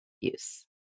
use